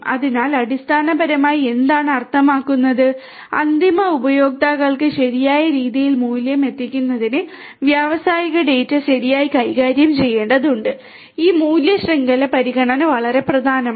അതിനാൽ അടിസ്ഥാനപരമായി എന്താണ് അർത്ഥമാക്കുന്നത് അന്തിമ ഉപയോക്താക്കൾക്ക് ശരിയായ രീതിയിൽ മൂല്യം എത്തിക്കുന്നതിന് വ്യാവസായിക ഡാറ്റ ശരിയായി കൈകാര്യം ചെയ്യേണ്ടതുണ്ട് ഈ മൂല്യ ശൃംഖല പരിഗണന വളരെ പ്രധാനമാണ്